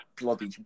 bloody